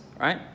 right